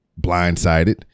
blindsided